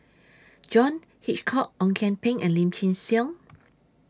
John Hitchcock Ong Kian Peng and Lim Chin Siong